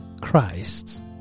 Christ